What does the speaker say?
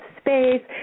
space